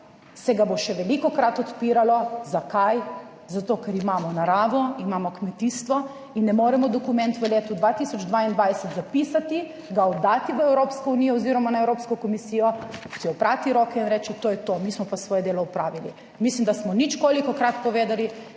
se ga bo še velikokrat odpiralo. Zakaj? Zato, ker imamo naravo, imamo kmetijstvo in ne moremo dokument v letu 2022 zapisati, ga oddati v Evropsko unijo oziroma na Evropsko komisijo, si oprati roke in reče, to je to, mi smo pa svoje delo opravili. Mislim, da smo ničkolikokrat povedali,